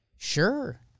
Sure